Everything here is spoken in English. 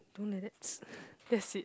don't like that's that's it